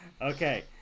Okay